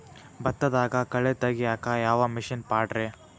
ಭತ್ತದಾಗ ಕಳೆ ತೆಗಿಯಾಕ ಯಾವ ಮಿಷನ್ ಪಾಡ್ರೇ?